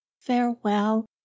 Farewell